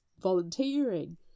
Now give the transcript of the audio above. volunteering